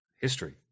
history